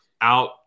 out